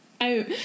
out